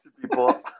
people